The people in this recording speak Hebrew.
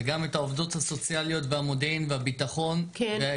וגם את העובדות הסוציאליות והמודיעין והביטחון.